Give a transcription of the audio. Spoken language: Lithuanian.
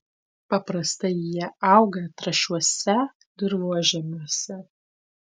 paprastai jie auga trąšiuose dirvožemiuose